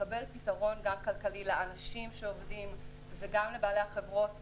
לקבל פתרון כלכלי לאנשים שעובדים וגם לבעלי החברות,